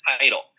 title